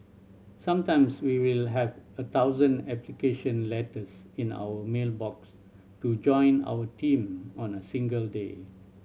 sometimes we will have a thousand application letters in our mail box to join our team on a single day